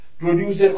producer